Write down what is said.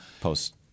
post